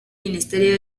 ministerio